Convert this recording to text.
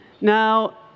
Now